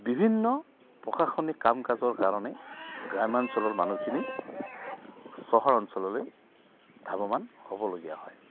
বিভিন্ন প্ৰশাসনিক কাম কাজৰ কাৰণে গ্ৰাম্যাঞ্চলৰ মানুহখিনি চহৰ অঞ্চললৈ ধাৱবান হ'বলগীয়া হয়